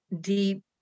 deep